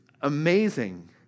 amazing